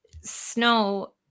snow